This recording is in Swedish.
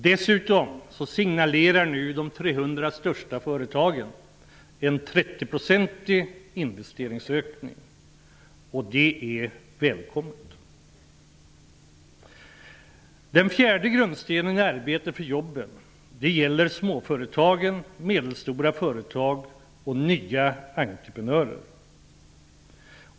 Dessutom signalerar nu de 300 största företagen en 30-procentig investeringsökning. Det är välkommet. Den fjärde grundstenen i arbete för jobben gäller småföretag, medelstora företag och nya entreprenörer.